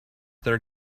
their